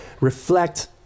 reflect